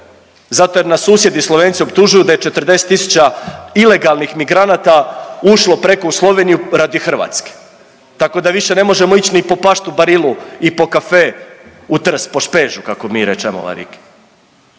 zato jer nas susjedi Slovenci optužuju da je 40.000 ilegalnih migranata ušlo preko u Sloveniju radi Hrvatske tako da više ne možemo ić ni po Pastu Barillu i po Caffe u Trst po špežu kako mi rečemo …